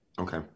Okay